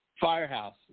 Firehouse